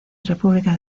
república